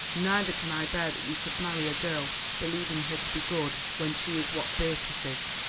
neither can i bear that you should marry a girl, believing her to be good, when she is what beatrice is.